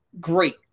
great